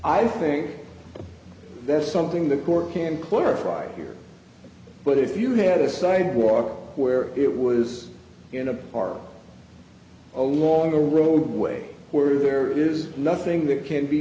i think that's something the court can clarify here but if you had a sidewalk where it was in a park along the roadway where there is nothing that can't be